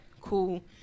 Cool